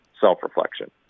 self-reflection